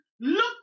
look